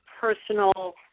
personal